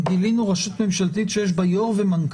הפתעות אנחנו מגלים היום.